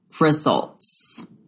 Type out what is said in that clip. results